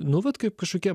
nu vat kaip kažkokia